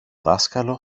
δάσκαλο